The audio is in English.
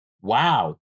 Wow